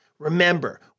Remember